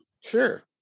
Sure